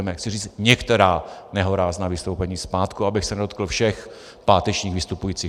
Chci říct některá nehorázná vystoupení z pátku, abych se nedotkl všech pátečních vystupujících.